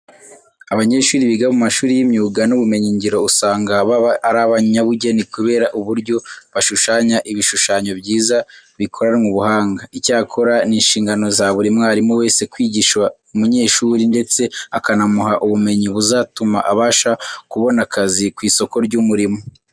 Abanyeshuri biga mu mashuri y'imyuga n'ubumenyingiro usanga baba ari abanyabugeni kubera uburyo bashushanya ibishushanyo byiza bikoranwe ubuhanga. Icyakora ni inshingano za buri mwarimu wese kwigisha umunyeshuri ndetse akanamuha ubumenyi buzatuma abasha kubona akazi ku isoko ry'umurimo.